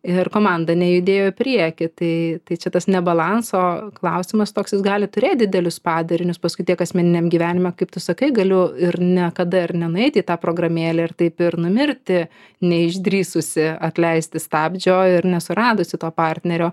ir komanda nejudėjo į priekį tai tai čia tas ne balanso klausimas toks jis gali turėt didelius padarinius paskui tiek asmeniniam gyvenime kaip tu sakai galiu ir nekada ir nenueiti į tą programėlę ir taip ir numirti neišdrįsusi atleisti stabdžio ir nesuradusi to partnerio